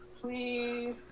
please